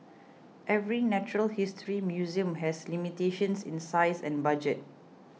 every natural history museum has limitations in size and budget